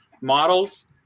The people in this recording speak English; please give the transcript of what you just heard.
models